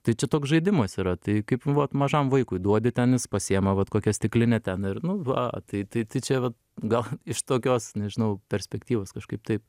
tai čia toks žaidimas yra tai kaip nu vat mažam vaikui duodi ten jis pasiima vat kokią stiklinę ten ir nu va tai tai tai čia gal iš tokios nežinau perspektyvos kažkaip taip